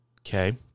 Okay